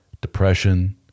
depression